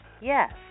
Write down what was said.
Yes